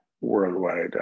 worldwide